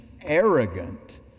arrogant